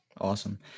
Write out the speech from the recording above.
Awesome